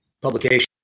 publication